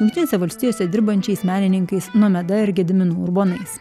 jungtinėse valstijose dirbančiais menininkais nomeda ir gediminu urbonais